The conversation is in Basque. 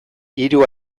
hiru